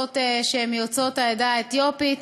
השבעת שתי שופטות יוצאות העדה האתיופית.